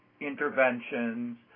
interventions